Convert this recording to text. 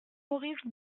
maurice